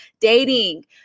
dating